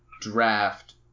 draft